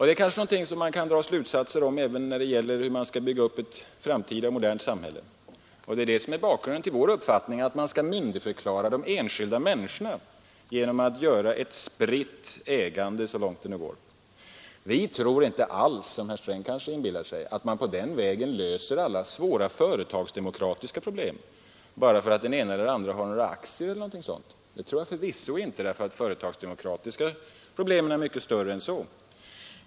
Det kanske är någonting som man kan dra slutsatser av även när det gäller hur man skall bygga upp ett modernt framtida samhälle. Det är bakgrunden till vår uppfattning att man skall myndighetsförklara de enskilda människorna genom att åstadkomma ett spritt ägande så långt det nu går. Vi tror inte alls, som herr Sträng kanske inbillar sig, att man löser alla svåra företagsdemokratiska problem genom att den ena eller andra har några aktier eller någonting sådant — förvisso inte. De företagsdemokratiska problemen är mycket större än så.